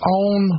on